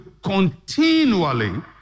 continually